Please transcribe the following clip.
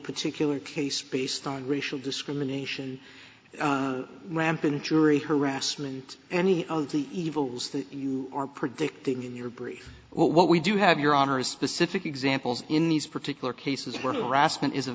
particular case based on racial discrimination rampant jury harassment any of the evils that are predicting in your brief what we do have your honor a specific examples in these particular cases where the